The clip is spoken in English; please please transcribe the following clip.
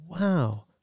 wow